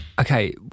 Okay